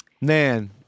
man